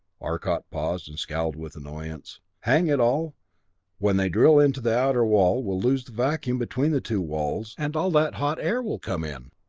arcot paused and scowled with annoyance. hang it all when they drill into the outer wall, we'll lose the vacuum between the two walls, and all that hot air will come in.